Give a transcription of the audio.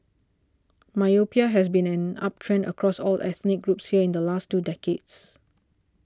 myopia has been on an uptrend across all ethnic groups here in the last two decades